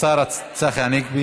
תודה רבה.